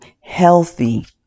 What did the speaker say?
healthy